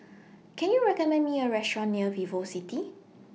Can YOU recommend Me A Restaurant near Vivocity